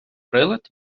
прилад